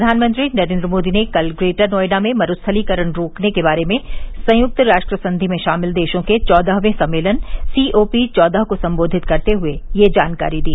प्रधानमंत्री नरेन्द्र मोदी ने कल ग्रेटर नोएडा में मरूस्थलीकरण रोकने के बारे में संयुक्त राष्ट्र संधि में शामिल देशों के चौदहवें सम्मेलन सी ओ पी चौदह को सम्बोधित करते हए यह जानकारी दी